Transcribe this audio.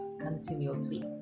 continuously